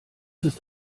ist